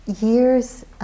years